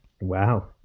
Wow